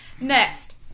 Next